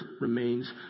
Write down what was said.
remains